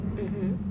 mmhmm